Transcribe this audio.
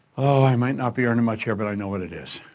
oh, i might not be earning much here, but i know what it is.